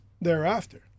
thereafter